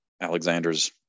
Alexander's